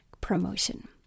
promotion